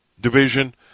division